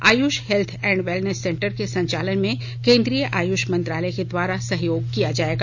Ayush health and wellness centre के संचालन में केंद्रीय आयुष मंत्रालय के द्वारा सहयोग कियाँ जाएगा